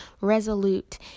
resolute